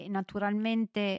naturalmente